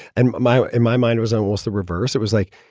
and my in my mind was almost the reverse. it was like,